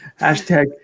Hashtag